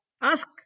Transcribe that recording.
ask